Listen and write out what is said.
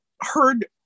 heard